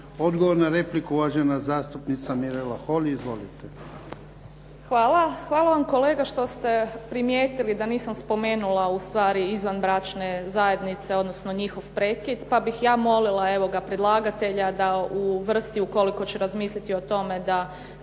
Odgovor na repliku, uvažena zastupnica Mirela Holy. Izvolite. **Holy, Mirela (SDP)** Hvala. Hvala vam kolega da ste primijetili da nisam spomenula ustvari izvanbračne zajednice, odnosno njihov prekid pa bih ja molila, evo ga predlagatelja da uvrsti ukoliko će razmisliti o tome da